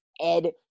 Ed